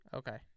okay